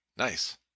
Nice